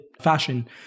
fashion